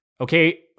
okay